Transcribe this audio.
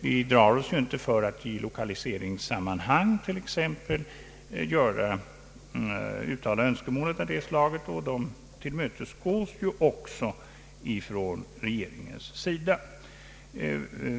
Vi drar oss ju inte för att i t.ex. lokaliseringssammanhang uttala önskemål av det slaget, och de tillmötesgås också från regeringens sida.